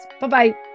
Bye-bye